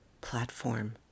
platform